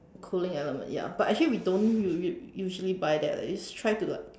cooling element ya but actually we don't u~ u~ usually buy that leh we just try to like